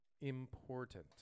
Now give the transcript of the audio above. important